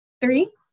Three